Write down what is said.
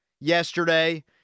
yesterday